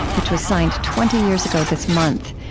which was signed twenty years ago this month.